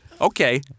Okay